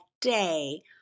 day